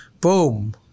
Boom